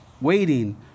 waiting